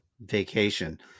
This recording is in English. vacation